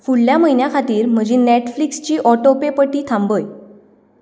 फुडल्या म्हयन्या खातीर म्हजी नॅटफ्लिक्सची ऑटोपे पटी थांबय